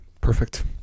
Perfect